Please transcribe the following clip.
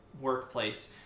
workplace